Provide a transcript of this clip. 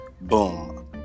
Boom